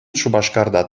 шупашкарта